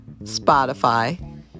Spotify